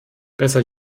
besser